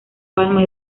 palma